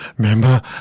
Remember